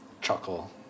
chuckle